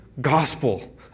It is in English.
gospel